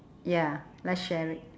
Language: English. ya let's share it